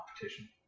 competition